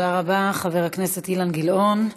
תודה רבה, חבר הכנסת אילן גילאון.